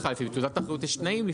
בתעודת האחריות יש תנאים,